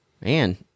man